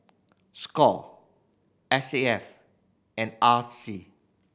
score S A F and R C